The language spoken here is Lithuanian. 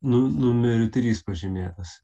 nu numeriu trys pažymėtas